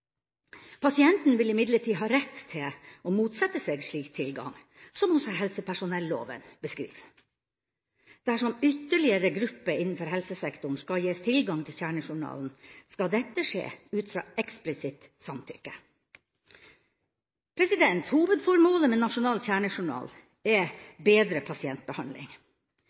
Pasienten vil imidlertid ha rett til å motsette seg slik tilgang, som også helsepersonelloven beskriver. Dersom ytterligere grupper innenfor helsesektoren skal gis tilgang til kjernejournalen, skal dette skje ut fra eksplisitt samtykke. Hovedformålet med nasjonal kjernejournal er bedre pasientbehandling,